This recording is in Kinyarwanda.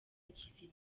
kizima